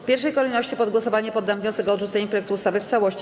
W pierwszej kolejności pod głosowanie poddam wniosek o odrzucenie projektu ustawy w całości.